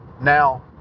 Now